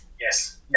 yes